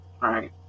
right